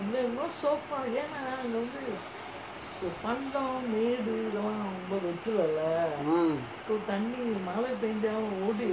mm